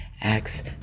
Acts